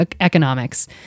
economics